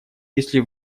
если